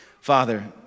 Father